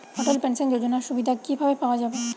অটল pension যোজনার সুবিধা কি ভাবে পাওয়া যাবে?